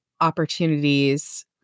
opportunities